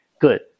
Good